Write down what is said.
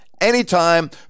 anytime